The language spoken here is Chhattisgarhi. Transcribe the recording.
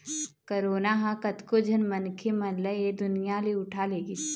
करोना ह कतको झन मनखे मन ल ऐ दुनिया ले उठा लेगिस